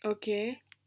okay